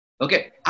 Okay